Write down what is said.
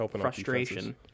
frustration